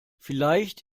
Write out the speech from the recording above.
vielleicht